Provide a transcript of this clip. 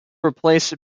replace